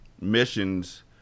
missions